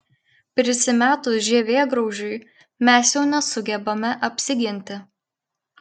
prisimetus žievėgraužiui mes jau nesugebame apsiginti